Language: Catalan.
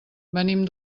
venim